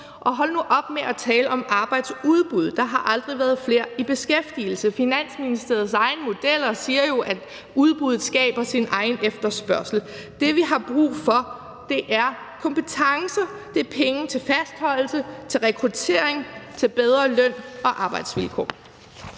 hold nu op med at tale om arbejdsudbud! Der har aldrig været flere i beskæftigelse. Finansministeriets egne modeller siger jo, at udbud skaber sin egen efterspørgsel. Det, vi har brug for, er kompetencer, det er penge til fastholdelse, til rekruttering og til bedre løn- og arbejdsvilkår.